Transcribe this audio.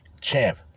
champ